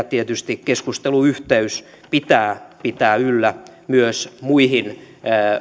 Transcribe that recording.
tietysti keskusteluyhteys pitää pitää yllä myös muihin